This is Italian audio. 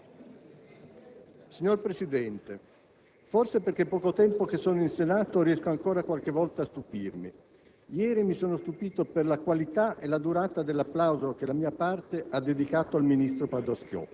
Signor Presidente, forse perché è poco tempo che sono in Senato, riesco ancora qualche volta a stupirmi.